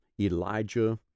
Elijah